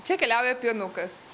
čia keliauja pienukas